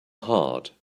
heart